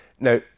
Now